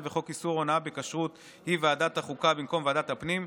וחוק איסור הונאה בכשרות היא ועדת החוקה במקום ועדת הפנים.